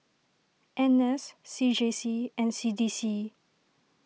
N S C J C and C D C